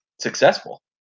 successful